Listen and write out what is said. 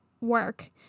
work